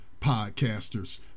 podcasters